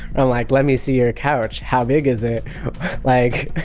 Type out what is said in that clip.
ah like, let me see your couch. how big is ah like